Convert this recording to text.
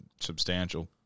substantial